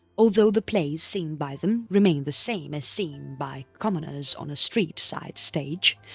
although the plays seen by them remained the same as seen by commoners on a street side stage,